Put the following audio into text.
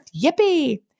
Yippee